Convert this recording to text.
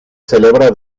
celebra